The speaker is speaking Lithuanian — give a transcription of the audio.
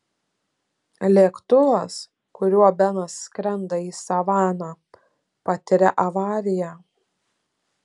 lėktuvas kuriuo benas skrenda į savaną patiria avariją